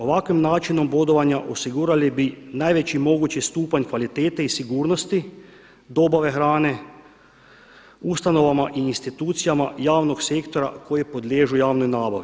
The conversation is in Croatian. Ovakvim načinom bodovanja osigurali bi najveći mogući stupanj kvalitete i sigurnosti dobave hrane ustanovama i institucijama javnog sektora koji podliježu javnoj nabavi.